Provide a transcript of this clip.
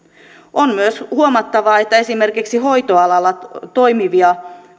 on myös huomattava että on esimerkiksi hoitoalalla toimivia